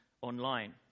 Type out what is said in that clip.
online